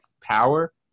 power